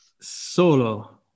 Solo